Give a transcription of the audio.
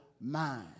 mind